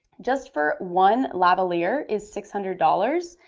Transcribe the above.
just for one lavalier is six hundred dollars,